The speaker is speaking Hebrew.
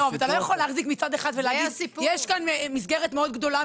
אתה לא יכול להחזיק מצד אחד ולהגיד יש מסגרת מאוד גדולה,